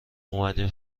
اومدیم